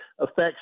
affects